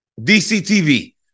DCTV